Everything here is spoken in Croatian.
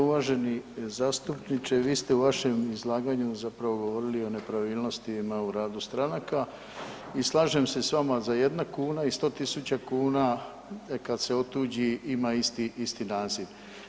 Uvaženi zastupniče, vi ste u vašem izlaganju zapravo govorili o nepravilnostima u radu stranaka i slažem se s vama da jedna kuna i 100 000 kuna kad se otuđi ima isti naziv.